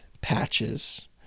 patches